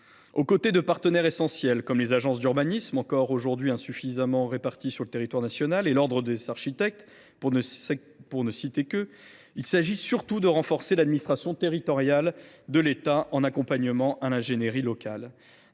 Aux côtés de partenaires essentiels comme les agences d’urbanisme, qui restent encore aujourd’hui insuffisamment réparties sur le territoire national, et l’ordre des architectes, pour ne citer qu’eux, il s’agit surtout de renforcer l’administration territoriale de l’État en matière d’accompagnement à l’ingénierie locale.